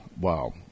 wow